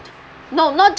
no not